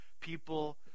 people